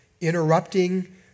interrupting